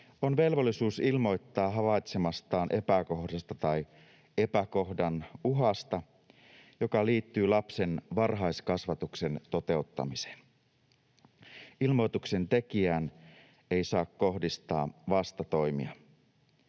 on velvollisuus ilmoittaa havaitsemastaan epäkohdasta tai epäkohdan uhasta, joka liittyy lapsen varhaiskasvatuksen toteuttamiseen. Ilmoituksen tekijään ei saa kohdistaa vastatoimia.